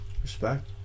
Respect